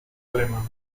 alemán